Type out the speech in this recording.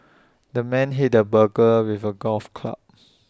the man hit the burglar with A golf club